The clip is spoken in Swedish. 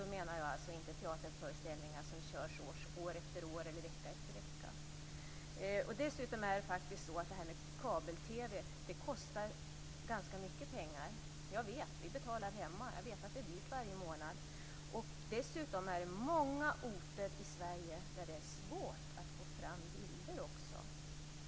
Då menar jag inte teaterföreställningar som körs år efter år eller vecka efter vecka. Dessutom vill jag säga att kabel-TV kostar ganska mycket pengar. Jag vet. Vi betalar hemma. Jag vet att det är dyrt varje månad. Dessutom är det på många orter i Sverige svårt att få fram bilder.